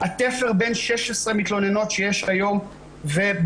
התפר בין 16 מתלוננות שיש כיום ובעזרת